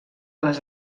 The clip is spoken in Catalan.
les